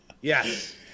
Yes